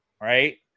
Right